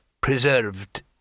preserved